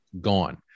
gone